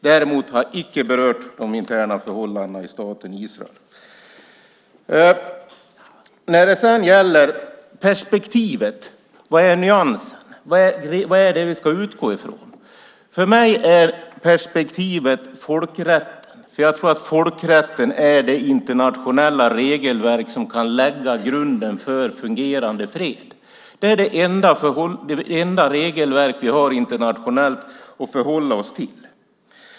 Däremot har jag icke berört de interna förhållandena i staten Israel. Vilket perspektiv ska vi utgå från? Vilka är nyanserna? För mig är perspektivet folkrätten. Jag tror att folkrätten är det internationella regelverk som kan lägga grunden för fungerande fred. Det är det enda regelverk vi har att förhålla oss till internationellt.